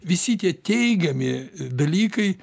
visi tie teigiami dalykai